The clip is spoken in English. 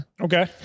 Okay